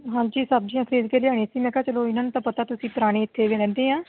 ਹਾਂਜੀ ਸਬਜ਼ੀਆਂ ਖ਼ਰੀਦ ਕੇ ਲਿਆਂਣੀਆਂ ਸੀ ਮੈਂ ਕਿਹਾ ਚਲੋ ਇਹਨਾਂ ਨੂੰ ਤਾਂ ਪਤਾ ਤੁਸੀਂ ਪੁਰਾਣੇ ਇੱਥੇ ਦੇ ਰਹਿੰਦੇ ਆਂ